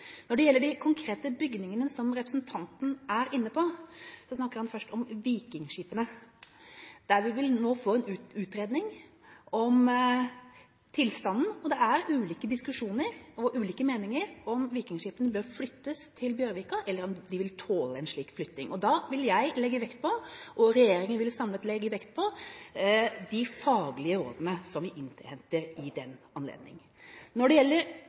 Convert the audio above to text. Når det gjelder de konkrete bygningene som representanten Thomsen er inne på, snakker han først om vikingskipene. Der vil vi nå få en utredning om tilstanden, og det er ulike diskusjoner og ulike meninger om vikingskipene bør flyttes til Bjørvika, eller om de vil tåle en slik flytting. Da vil jeg, og regjeringen samlet, legge vekt på de faglige rådene som vi innhenter i den anledning. Når det gjelder